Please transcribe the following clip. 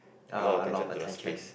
ah a lot of attention